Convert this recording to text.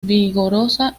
vigorosa